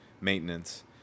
maintenance